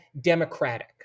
democratic